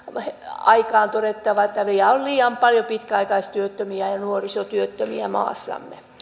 aikaan todettava että vielä on liian paljon pitkäaikaistyöttömiä ja nuorisotyöttömiä maassamme